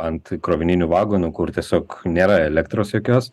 ant krovininių vagonų kur tiesiog nėra elektros jokios